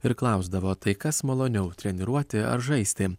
ir klausdavo tai kas maloniau treniruoti ar žaisti